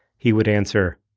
he would answer,